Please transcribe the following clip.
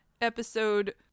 episode